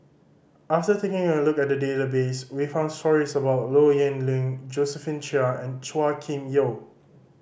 after taking a look at the database we found stories about Low Yen Ling Josephine Chia and Chua Kim Yeow